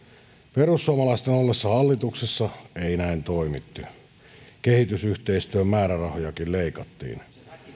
perussuomalaisten ollessa hallituksessa ei näin toimittu vaan kehitysyhteistyön määrärahojakin leikattiin